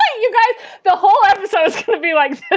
ah you got the whole episode to be like but